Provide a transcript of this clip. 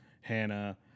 Hannah